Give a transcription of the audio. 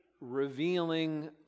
revealing